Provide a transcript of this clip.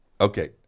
Okay